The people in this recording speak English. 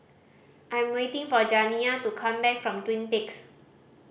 I'm waiting for Janiah to come back from Twin Peaks